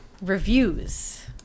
Reviews